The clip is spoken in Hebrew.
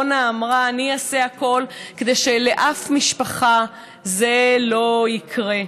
רונה אמרה: אני אעשה הכול כדי שלאף משפחה זה לא יקרה.